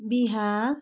Bihar